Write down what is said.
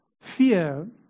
fear